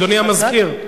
אדוני המזכיר,